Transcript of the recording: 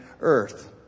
earth